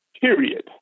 period